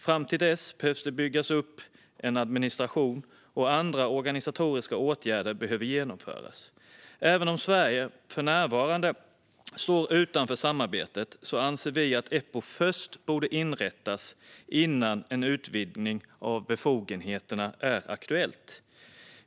Fram till dess behöver det byggas upp en administration, och andra organisatoriska åtgärder behöver genomföras. Även om Sverige för närvarande står utanför samarbetet anser vi att Eppo borde inrättas innan en utvidgning av befogenheterna är aktuell.